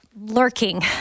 Lurking